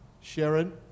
Sharon